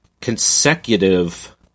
consecutive